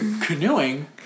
canoeing